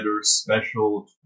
special